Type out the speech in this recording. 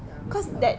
ya maybe lor